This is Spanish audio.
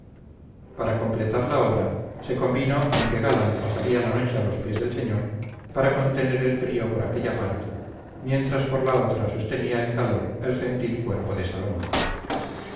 para completar la obra se convino en que galán pasaría la noche a los pies del señor para contener el frío por aquella parte mientras por la otra sostenía el calor el gentil cuerpo de saloma